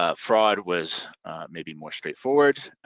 ah fraud was maybe more straightforward.